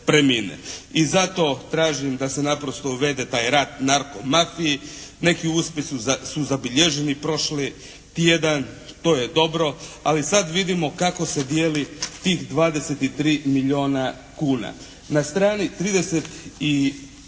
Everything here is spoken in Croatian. I zato tražim da se naprosto uvede taj rat narko mafiji. Neki uspjesi su zabilježeni prošli tjedan, to je dobro, ali sada vidimo kako se dijeli tih 23 milijuna kuna. Na strani 32